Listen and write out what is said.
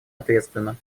ответственно